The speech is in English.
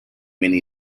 many